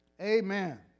Amen